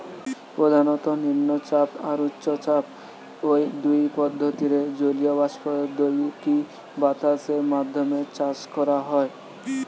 প্রধানত নিম্নচাপ আর উচ্চচাপ, ঔ দুই পদ্ধতিরে জলীয় বাষ্প দেইকি বাতাসের মাধ্যমে চাষ করা হয়